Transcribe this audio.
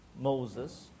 Moses